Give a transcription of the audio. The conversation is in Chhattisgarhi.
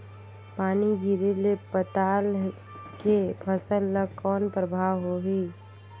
पानी गिरे ले पताल के फसल ल कौन प्रभाव होही?